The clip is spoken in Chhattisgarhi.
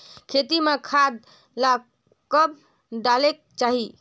खेती म खाद ला कब डालेक चाही?